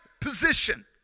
position